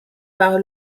par